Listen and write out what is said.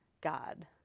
God